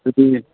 ꯑꯗꯨꯗꯤ